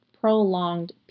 prolonged